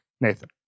Nathan